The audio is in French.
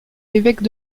évêque